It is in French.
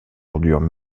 ordures